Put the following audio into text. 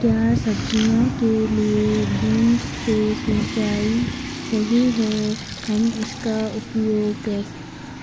क्या सब्जियों के लिए बूँद से सिंचाई सही है हम इसका उपयोग